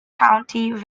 county